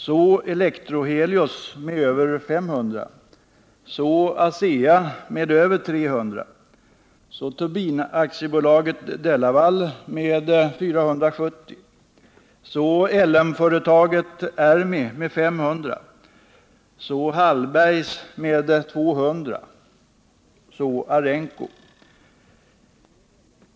Så har också Elektro Helios gjort med över 500, så Asea med över 300, så Turbin AB de Laval med 470, så LM-företaget AB Ermi med 500, så Hallbergs med 200 och så även Erenco AB.